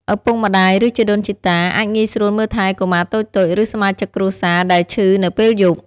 ឪពុកម្តាយ ឬជីដូនជីតាអាចងាយស្រួលមើលថែកុមារតូចៗ ឬសមាជិកគ្រួសារដែលឈឺនៅពេលយប់។